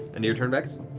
and your turn, vex?